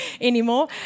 anymore